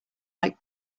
like